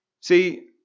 See